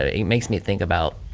ah it makes me think about